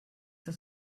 das